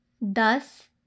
Thus